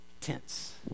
tense